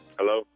Hello